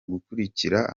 gukurikira